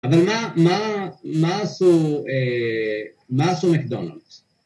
אבל מה, מה, מה עשו, מה עשו מקדונלדס?